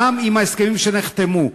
גם עם ההסכמים שנחתמו.